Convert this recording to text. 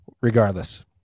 Regardless